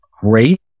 great